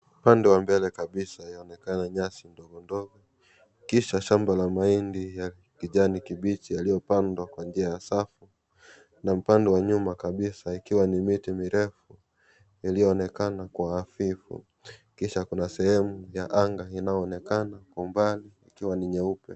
Upande wa mbele kabisa yaonekana nyasi ndogo ndogo. Kisha shamba la mahindi ya kijani kibichi yaliyopandwa kwa njia ya safu. Na upande wa nyuma kabisa ikiwa ni miti mirefu iliyoonekana kwa hafifu , kisha kuna sehemu ya anga inayoonekana kwa umbali ikiwa ninyeupe.